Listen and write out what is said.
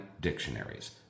dictionaries